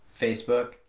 Facebook